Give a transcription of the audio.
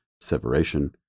separation